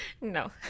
No